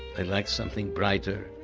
i like something brighter.